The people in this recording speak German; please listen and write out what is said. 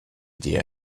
dir